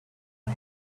was